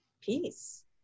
peace